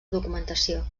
documentació